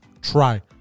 try